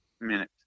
minute